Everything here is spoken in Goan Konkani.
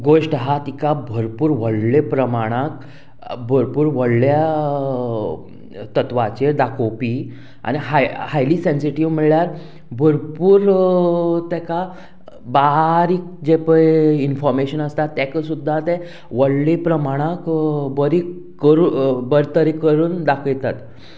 गोश्ट आहा तिका भरपूर व्हडले प्रमाणाक भरपूर व्हडल्या तत्वाचेर दाखोवपी आनी हाय हायली सेंसिटीव म्हणल्यार भरपूर तेका बारीक जे पय इनफोर्मेशन आसता तेका सुद्दां ते व्हडले प्रमाणाक बरी करू बरें तरे करून दाखयतात